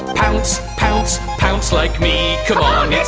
pounce. pounce. pounce like me. come on, it's